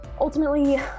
ultimately